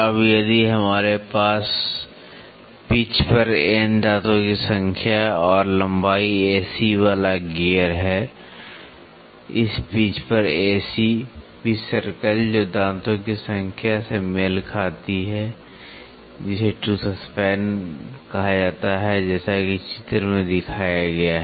अब यदि हमारे पास पिच पर N दांतों की संख्या और लंबाई A C वाला गियर है इस पिच पर A C पिच सर्कल जो दांतों की संख्या से मेल खाती है जिसे टूथ स्पैन कहा जाता है जैसा कि चित्र में दिखाया गया है